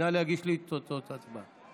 נא להגיש לי את תוצאות ההצבעה.